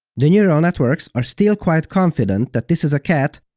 the neural networks are still quite confident that this is a cat,